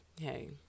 hey